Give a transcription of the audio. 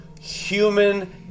human